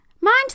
Mind